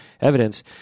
evidence